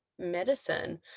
medicine